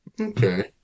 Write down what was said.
okay